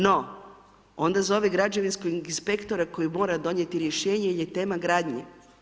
No, onda zove građevinskog inspektora koji mora donijeti rješenje jer je tema gradnje.